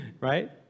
right